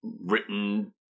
written